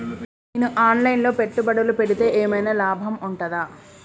నేను online లో పెట్టుబడులు పెడితే ఏమైనా లాభం ఉంటదా?